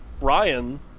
Ryan